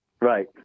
Right